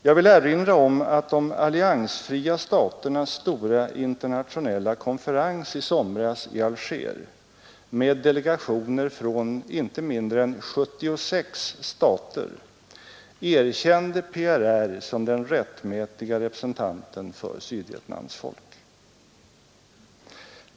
Jag vill erinra om att de alliansfria staternas stora internationella konferens i somras i Alger med delegationer från inte mindre än 76 stater erkände PRR som den rättmätiga representanten för Sydvietnams folk.